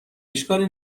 اشکالی